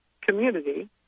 community